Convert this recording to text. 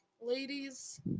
Ladies